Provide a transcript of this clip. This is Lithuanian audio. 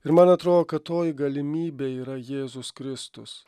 ir man atrodo kad toji galimybė yra jėzus kristus